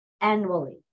annually